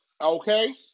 Okay